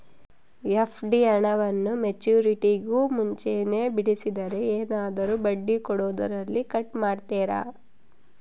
FD ಹಣವನ್ನು ಮೆಚ್ಯೂರಿಟಿಗೂ ಮುಂಚೆನೇ ಬಿಡಿಸಿದರೆ ಏನಾದರೂ ಬಡ್ಡಿ ಕೊಡೋದರಲ್ಲಿ ಕಟ್ ಮಾಡ್ತೇರಾ?